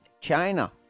China